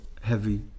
heavy